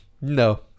No